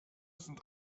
sind